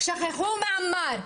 שכחו מעמאר.